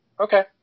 Okay